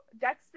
Dexter